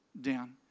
Down